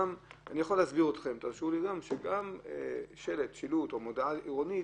לכך שגם פגיעה בשלט או במודעה עירונית